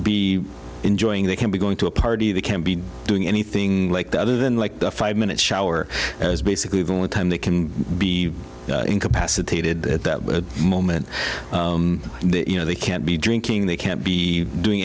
be enjoying they can't be going to a party they can't be doing anything like that other than like a five minute shower is basically the only time they can be incapacitated that moment you know they can't be drinking they can't be doing